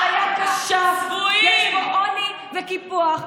יש פה אפליה קשה, יש פה עוני וקיפוח.